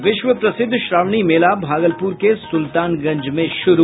और विश्व प्रसिद्ध श्रावणी मेला भागलपूर के सुल्तानगंज में शुरू